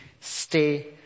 stay